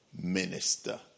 minister